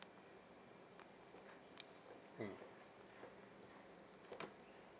mm